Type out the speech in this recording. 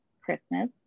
Christmas